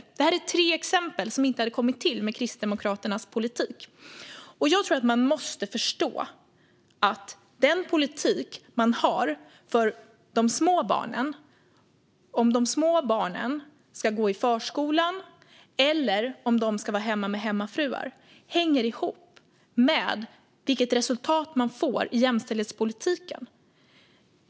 Dessa tre exempel hade inte kommit till med Kristdemokraternas politik. Jag tror att man måste förstå att den politik man har för de små barnen, om de små barnen ska gå i förskolan eller om de ska vara hemma med hemmafruar, hänger ihop med vilket resultat man får i jämställdhetspolitiken.